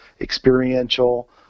experiential